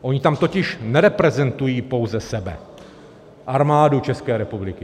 Oni tam totiž nereprezentují pouze sebe, Armádu České republiky.